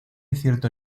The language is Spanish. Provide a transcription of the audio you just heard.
cierto